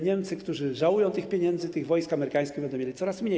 Niemcy, którzy żałują tych pieniędzy, tych wojsk amerykańskich będą mieli coraz mniej.